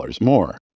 more